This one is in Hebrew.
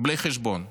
בלי חשבון,